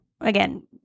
again